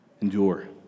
Endure